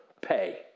pay